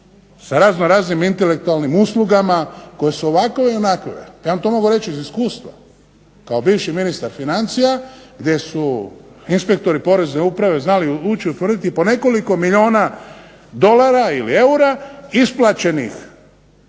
sa raznoraznim intelektualnim uslugama koje su ovakve i onakve. Ja vam to mogu reći iz iskustva, kao bivši ministar financija gdje su inspektori porezne uprave znali ući, utvrditi i po nekoliko milijuna dolara ili eura isplaćenih